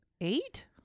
Eight